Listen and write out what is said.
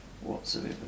whatsoever